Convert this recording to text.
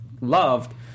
loved